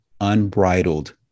unbridled